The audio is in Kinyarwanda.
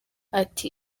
ati